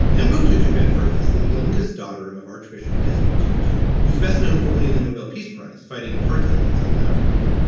and mpo to do van firth is the youngest daughter of archbishop desmond tutu, who's best known for winning the nobel peace prize. fighting apartheid in south africa.